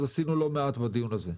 אז עשינו לא מעט בדיון הזה.